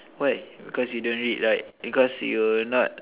why because you don't read right because you not